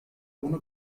ohne